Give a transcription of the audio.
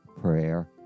prayer